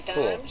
Cool